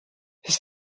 his